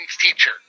teacher